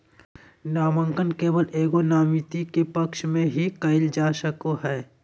नामांकन केवल एगो नामिती के पक्ष में ही कइल जा सको हइ